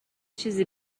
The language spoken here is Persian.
چیزی